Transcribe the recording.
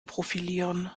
profilieren